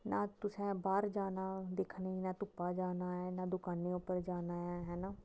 ना तुसे बाहर जाना दिक्खने गी ना धुप्पा जाना ऐ ना ते दकाने उप्पर जाना ऐ